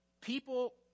People